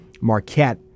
Marquette